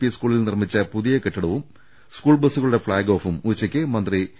P സ്കൂളിൽ നിർമ്മിച്ച പുതിയ കെട്ടിട ഉദ്ഘാടനവും സ്കൂൾ ബസുകളുടെ ഫ്ളാഗ് ഓഫും ഉച്ചയ്ക്ക് മന്ത്രി പ്രൊഫ